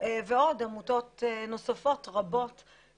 ועוד עמותות רבות ונוספות,